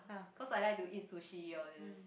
cause I like to eat sushi all these